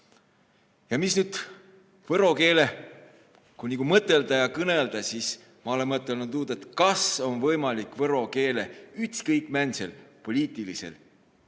Ja mis nüüd võro keele, ku nigu mõtõlda ja kõnõlda, sis ma olõ mõtõlnu tuud, et kas om võimalik võro keele ütskõik määndsel poliitilisõl,